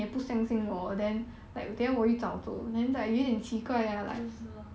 就是 lor